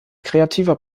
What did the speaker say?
kreativer